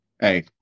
Hey